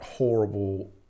horrible